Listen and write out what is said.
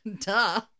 Duh